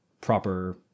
proper